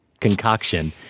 concoction